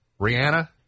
Rihanna